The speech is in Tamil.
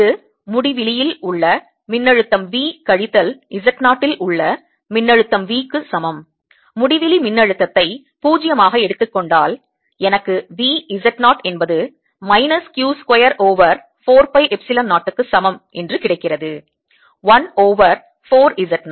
இது முடிவிலி இல் உள்ள மின்னழுத்தம் V கழித்தல் Z 0 இல் உள்ள மின்னழுத்தம் V க்கு சமம் முடிவிலி மின்னழுத்தத்தை 0 ஆக எடுத்துக் கொண்டால் எனக்கு V Z 0 என்பது minus q square over 4 pi epsilon 0 க்கு சமம் என்று கிடைக்கிறது 1 ஓவர் 4 Z 0